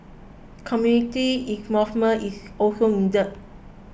community involvement is also needed